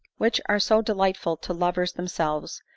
which are so delightful to lovers themselves,